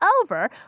over